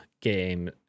game